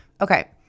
Okay